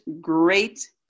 great